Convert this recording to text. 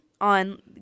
on